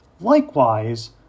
Likewise